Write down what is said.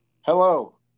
hello